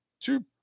two